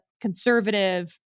conservative